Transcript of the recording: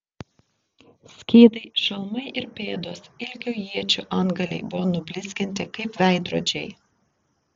skydai šalmai ir pėdos ilgio iečių antgaliai buvo nublizginti kaip veidrodžiai